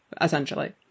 essentially